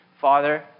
Father